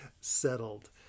settled